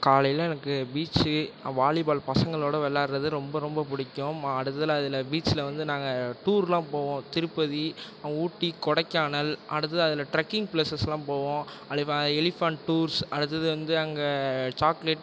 காலையில் எனக்கு beach volleyball பசங்களோடு விளாடுறது ரொம்ப ரொம்ப பிடிக்கும் அடுத்ததாக இதில் பீச்சில் வந்து நாங்கள் டூரெலாம் போவோம் திருப்பதி ஊட்டி கொடைக்கானல் அடுத்தது அதில் ட்ரக்கிங் பிளேஸஸ்லாம் போவோம் அலிஃபா எலிஃபேண்ட் டூர்ஸ் அடுத்தது வந்து அங்கே சாக்லேட்